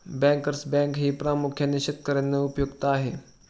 bankers बँकही प्रामुख्याने शेतकर्यांना उपयुक्त आहे